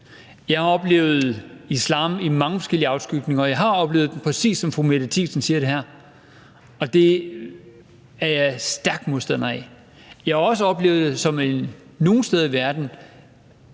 Jeg har oplevet islam i mange forskellige afskygninger, og jeg har oplevet islam, præcis som fru Mette Thiesen siger det her, og det er jeg stærk modstander af. Men jeg har også nogle steder i verden